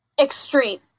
extreme